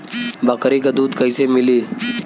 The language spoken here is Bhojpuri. बकरी क दूध कईसे मिली?